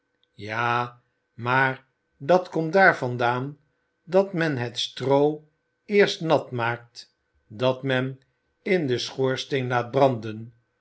ja maar dat komt daar vandaan dat men het stroo eerst nat maakt dat men in den schoorsteen laat branden